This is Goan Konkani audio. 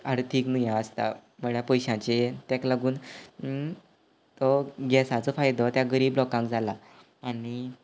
आर्थीक हें आसता म्हळ्यार पयशांचीं तेक लागून तो गॅसाचो फायदो त्या गरीब लोकांक जाला आनी